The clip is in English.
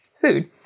food